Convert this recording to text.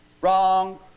Wrong